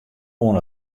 oan